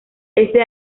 éste